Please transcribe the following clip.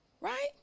right